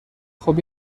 خوب